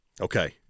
Okay